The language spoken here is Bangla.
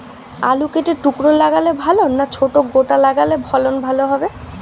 আলু কেটে টুকরো লাগালে ভাল না ছোট গোটা লাগালে ফলন ভালো হবে?